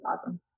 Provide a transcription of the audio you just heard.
awesome